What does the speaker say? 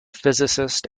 physicist